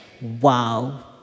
Wow